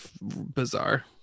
bizarre